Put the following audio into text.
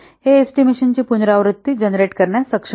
हे एस्टिमेशन ची पुनरावृत्ती जनरेट करण्यास सक्षम आहे